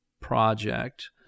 project